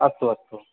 अस्तु अस्तु